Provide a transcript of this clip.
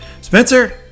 Spencer